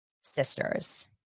sisters